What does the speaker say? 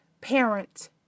parent